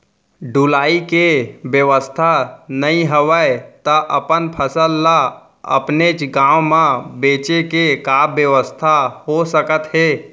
ढुलाई के बेवस्था नई हवय ता अपन फसल ला अपनेच गांव मा बेचे के का बेवस्था हो सकत हे?